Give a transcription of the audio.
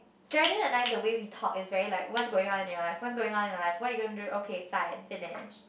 Geraldine and I the way we talk is very like what's going on in your life what's going on in life what you're gonna do okay fine finish